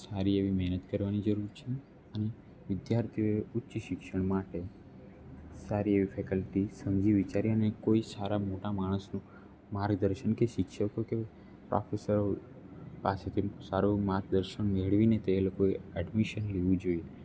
સારી એવી મહેનત કરવાની જરૂર છે અને વિદ્યાર્થીઓએ ઊંચી શિક્ષણ માટે સારી એવી ફેકલ્ટી સમજી વિચારીને કોઈ સારા મોટા માણસનું માર્ગદર્શન કે શિક્ષકો કે પ્રોફેસરો પાસેથીને સારું માર્ગદર્શન મેળવીને તે લોકોએ એડમિશન લેવું જોઈએ